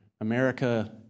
America